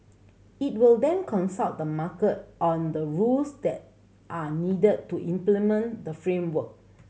it will then consult the market on the rules that are needed to implement the framework